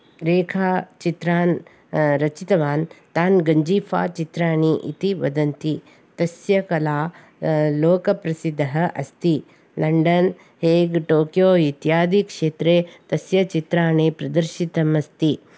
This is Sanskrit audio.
रेखाचित्रान् रचितवान् तान् गञ्जीफ़ाचित्राणि इति वदन्ति तस्य कला लोकप्रसिद्धः अस्ति लण्डन् हेग् टोक्यो इत्यादिक्षेत्रे तस्य चित्राणि प्रदर्शितम् अस्ति